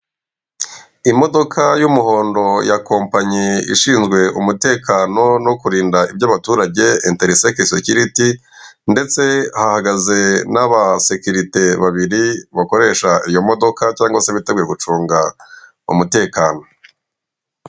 Imodoka y'umuhondo ya kompanyi ishinzwe umutekano no kurinda ibyabaturage enteriseke sekiriti, ndetse hahagaze n'abasekirite babiri bakoresha iyo modoka cyangwa se biteguye gucunga umutekano.